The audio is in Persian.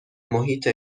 محیط